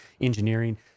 engineering